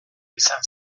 izan